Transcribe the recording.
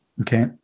Okay